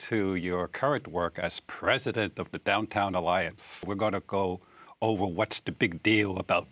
to your current work as president of the downtown alliance we're going to go over what's the big deal about